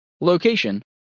Location